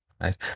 right